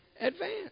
advance